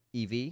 EV